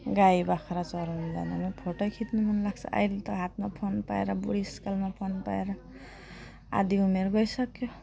गाई बाख्रा चराउनु जाँदामा फोटो खिच्नु मन लाग्छ अहिले त हातमा फोन पाएर बुढेस कालमा फोन पाएर आधी उमेर गइसक्यो